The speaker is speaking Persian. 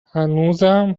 هنوزم